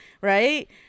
Right